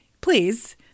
please